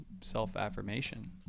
self-affirmation